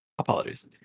Apologies